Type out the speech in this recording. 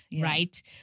right